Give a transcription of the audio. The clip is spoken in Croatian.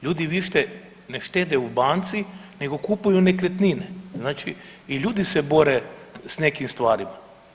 Ljudi više ne štede u banci nego kupuju nekretnine, znači i ljudi se bore s nekim stvarima.